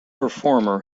performer